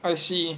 I see